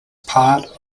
part